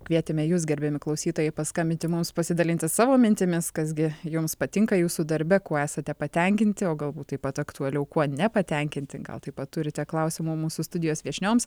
kvietėme jus gerbiami klausytojai paskambinti mums pasidalinti savo mintimis kas gi jums patinka jūsų darbe kuo esate patenkinti o galbūt taip pat aktualiau kuo nepatenkinti gal taip pat turite klausimų mūsų studijos viešnioms